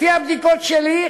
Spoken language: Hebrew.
לפי הבדיקות שלי,